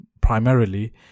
primarily